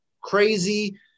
crazy